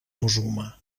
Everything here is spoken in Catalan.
musulmà